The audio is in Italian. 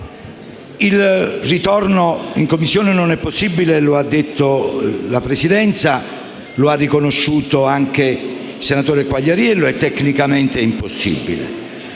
Il ritorno in Commissione del provvedimento non è possibile; lo ha detto la Presidenza e lo ha riconosciuto anche il senatore Quagliariello: ciò è tecnicamente impossibile.